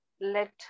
let